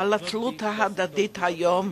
בעל התלות ההדדית היום,